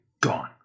gone